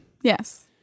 yes